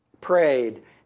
prayed